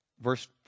Verse